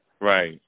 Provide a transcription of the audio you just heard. Right